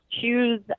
choose